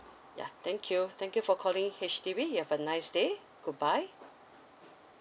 yeah thank you thank you for calling H_D_B you have a nice day goodbye